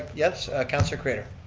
yes, councillor craiter.